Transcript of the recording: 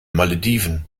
malediven